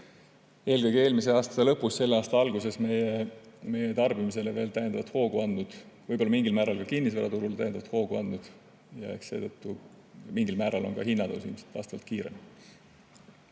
eelkõige eelmise aasta lõpus ja selle aasta alguses meie tarbimisele veel täiendavat hoogu andnud, võib-olla mingil määral ka kinnisvaraturul täiendavat hoogu andnud ja eks seetõttu mingil määral on ka hinnatõus ilmselt vastavalt kiirem.